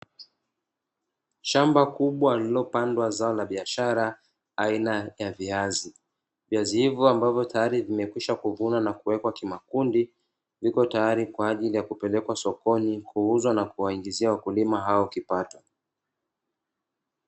Shamba kubwa lililopandwa zao la biashara aina ya viazi. Viazi hivyo ambavyo tayari vimekwisha kuvunwa na kuwekwa kimakundi viko tayari kwa ajili ya kupelekwa sokoni kuuzwa na kuwaingizia wakulima hao kipato.